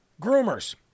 groomers